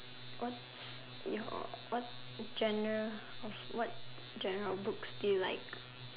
what's your what genres of what genres of books do you like